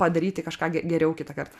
padaryti kažką ge geriau kitą kartą